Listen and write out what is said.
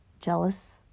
jealous